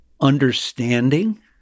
understanding